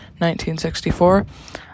1964